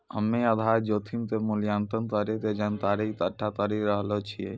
हम्मेआधार जोखिम के मूल्यांकन करै के जानकारी इकट्ठा करी रहलो छिऐ